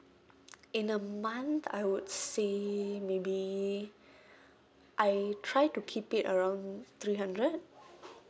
in a month I would say maybe I try to keep it around three hundred